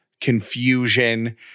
confusion